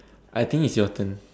I think is your turn